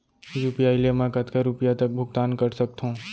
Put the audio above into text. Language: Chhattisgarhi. यू.पी.आई ले मैं कतका रुपिया तक भुगतान कर सकथों